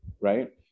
right